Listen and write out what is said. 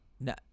No